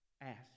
ask